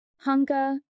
hunger